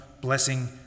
blessing